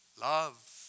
love